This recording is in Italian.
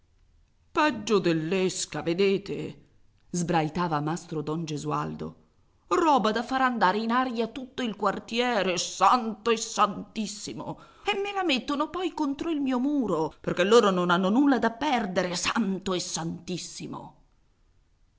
peggio dell'esca vedete sbraitava mastro don gesualdo roba da fare andare in aria tutto il quartiere santo e santissimo e me la mettono poi contro il mio muro perché loro non hanno nulla da perdere santo e santissimo